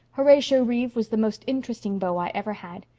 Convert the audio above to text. horatio reeve was the most interesting beau i ever had.